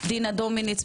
דינה דומיניץ,